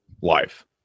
life